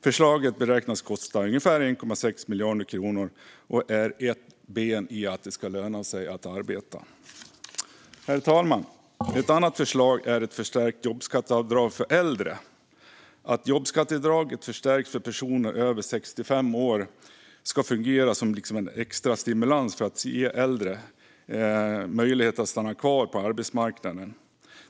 Förslaget beräknas kosta ungefär 1,6 miljarder kronor och är ett ben i principen att det ska löna sig att arbeta. Herr talman! Ett annat förslag är ett förstärkt jobbskatteavdrag för äldre. Att jobbskatteavdraget förstärks för personer över 65 år ska fungera som en extra stimulans för att ge äldre möjlighet att stanna kvar på arbetsmarknaden.